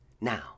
Now